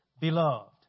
Beloved